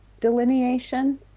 delineation